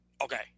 okay